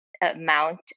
amount